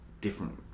different